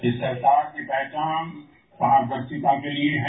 इस सरकार की पहचान पारदर्शिता के लिए है